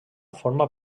forma